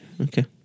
Okay